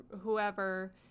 whoever